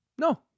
No